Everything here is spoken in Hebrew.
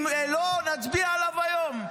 אם לא, נצביע עליו היום.